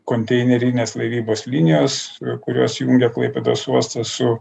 konteinerinės laivybos linijos kurios jungia klaipėdos uostą su